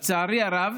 לצערי הרב,